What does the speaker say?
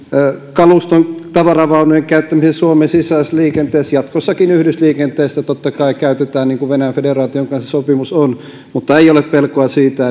kaluston tavaravaunujen käyttämisen suomen sisäisessä liikenteessä jatkossakin yhdysliikenteessä sitä totta kai käytetään niin kuin venäjän federaation kanssa sopimus on mutta ei ole pelkoa siitä